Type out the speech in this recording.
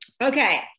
Okay